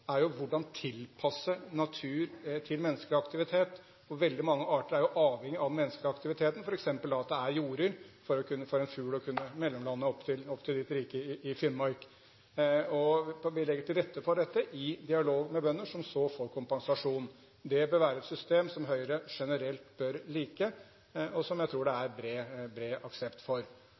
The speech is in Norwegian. er hvordan man skal tilpasse natur til menneskelig aktivitet. Veldig mange arter er avhengig av den menneskelige aktiviteten, f.eks. at det er jorder for en fugl til å kunne mellomlande på vei opp til representantens rike i Finnmark. Vi legger til rette for dette i dialog med bønder som så får kompensasjon. Det bør være et system som Høyre generelt bør like, og som jeg tror det er bred aksept for.